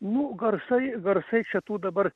nu garsai garsai čia tų dabar